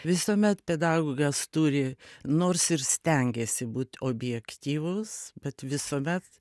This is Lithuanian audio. visuomet pedagogas turi nors ir stengiesi būt objektyvus bet visuomet